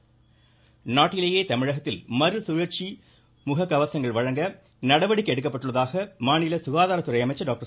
விஜயபாஸ்கர் நாட்டிலேயே தமிழகத்தில் மறுசுழற்சி முக கவசங்கள் வழங்க நடவடிக்கை எடுக்கப்பட்டுள்ளதாக மாநில சுகாதாரத்துறை அமைச்சர் டாக்டர்